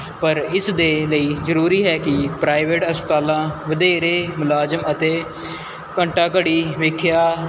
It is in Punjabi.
ਪਰ ਇਸ ਦੇ ਲਈ ਜ਼ਰੂਰੀ ਹੈ ਕਿ ਪ੍ਰਾਈਵੇਟ ਹਸਪਤਾਲਾਂ ਵਧੇਰੇ ਮੁਲਾਜ਼ਮ ਅਤੇ ਘੰਟਾ ਘੜੀ ਵੇਖਿਆ